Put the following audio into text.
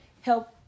help